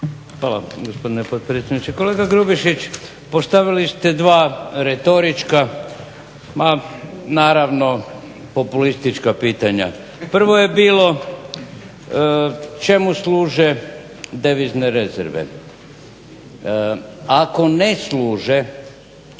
Hvala gospodine potpredsjedniče. Kolege Grubišić postavili ste dva retorička, ma naravno populistička pitanja. Prvo je bilo čemu služe devizne rezerve? Ako ne službe,